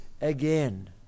again